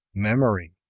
memory.